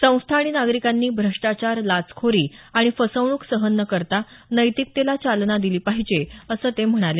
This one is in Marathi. संस्था आणि नागरिकांनी भ्रष्टाचार लाचखोरी आणि फसवणूक सहन न करता नैतिकतेला चालना दिली पाहिजे असं ते म्हणाले